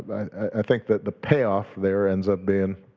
i think that the payoff there ends up being